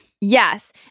yes